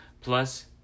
plus